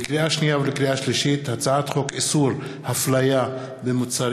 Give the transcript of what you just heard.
לקריאה שנייה ולקריאה שלישית: הצעת חוק איסור הפליה במוצרים,